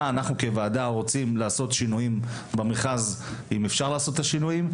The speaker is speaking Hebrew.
מה אנחנו כוועדה רוצים לשנות במכרז אם אפשר לעשות שינויים.